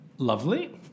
Lovely